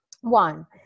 one